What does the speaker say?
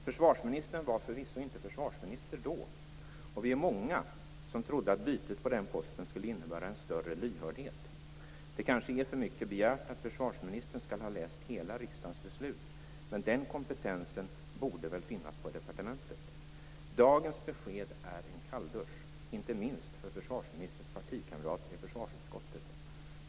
Försvarsministern var förvisso inte försvarsminister då, och vi var många som trodde att bytet på den posten skulle innebära en större lyhördhet. Det kanske är för mycket begärt att försvarsministern skall ha läst hela riksdagens beslut, men den kompetensen borde väl finnas på departementet. Dagens besked är en kalldusch - inte minst för försvarsministerns partikamrater i utskottet.